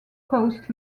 coast